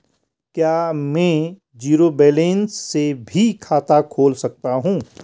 क्या में zero balance से भी खाता खोल सकता हूँ?